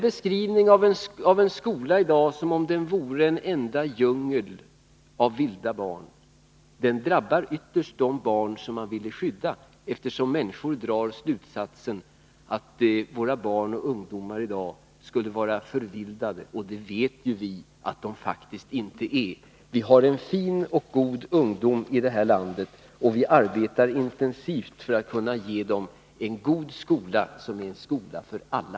Beskrivningen av skolan i dag som en enda djungel av vilda barn drabbar ytterst de barn man ville skydda, eftersom människor drar slutsatsen att våra barn och ungdomar idag är förvildade. Vi vet ju att de faktiskt inte är det. Vi har en fin ungdom i detta land, och vi arbetar intensivt för att kunna ge den en god skola, som är en skola för alla.